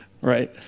right